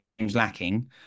lacking